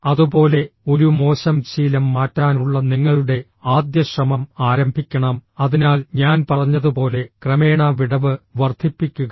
അതുപോലെ ഒരു മോശം ശീലം മാറ്റാനുള്ള നിങ്ങളുടെ ആദ്യ ശ്രമം ആരംഭിക്കണം അതിനാൽ ഞാൻ പറഞ്ഞതുപോലെ ക്രമേണ വിടവ് വർദ്ധിപ്പിക്കുക